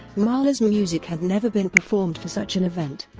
mahler's music had never been performed for such an event,